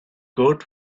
good